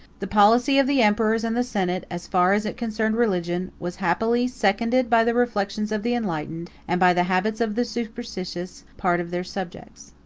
the policy of the emperors and the senate, as far as it concerned religion, was happily seconded by the reflections of the enlightened, and by the habits of the superstitious, part of their subjects.